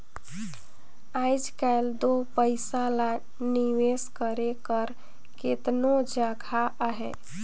आएज काएल दो पइसा ल निवेस करे कर केतनो जगहा अहे